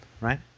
right